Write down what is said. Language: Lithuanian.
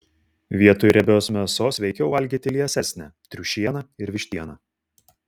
vietoj riebios mėsos sveikiau valgyti liesesnę triušieną ir vištieną